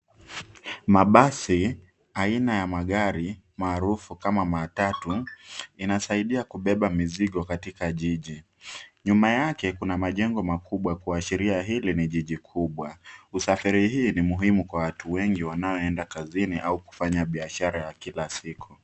Mabasi aina ya magari maarufu kama matatu inasaidia kubeba mizigo katika jiji. Nyuma yake kuna majengo makubwa kuashiria hili ni jiji kubwa. Usafiri hii ni muhimu kwa watu wengi wanaoenda kazini au kufanya biashara ya kila siku.